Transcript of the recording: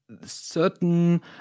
certain